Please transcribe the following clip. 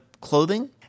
clothing